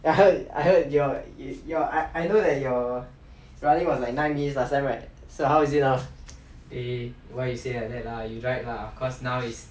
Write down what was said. I heard I heard your I know that your running was like nine minutes last time right so how is it now